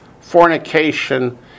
fornication